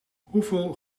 hoeveel